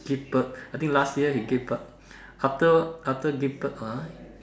give birth I think last year he give birth after after give birth ah